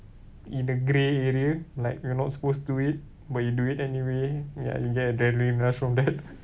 in the grey area like you're not supposed to do it but you do it anyway ya you get adrenaline rush from that